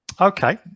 Okay